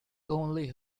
only